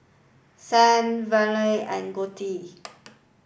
Sanal Vallabhbhai and Gottipati